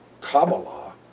Kabbalah